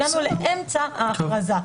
הגענו לאמצע ההכרזה.